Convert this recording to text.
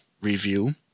review